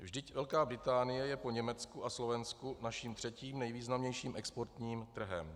Vždyť Velká Británie je po Německu a Slovensku naším třetím nejvýznamnějším exportním trhem.